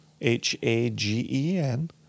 H-A-G-E-N